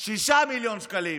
6 מיליון שקלים.